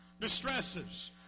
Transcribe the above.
distresses